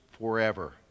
forever